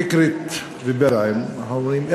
איך אומרים?